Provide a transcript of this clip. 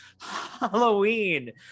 Halloween